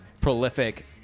prolific